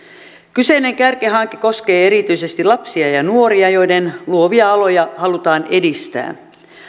kyseinen kärkihanke koskee erityisesti lapsia ja ja nuoria joiden luovia aloja halutaan edistää